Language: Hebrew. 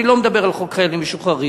אני לא מדבר על חוק חיילים משוחררים,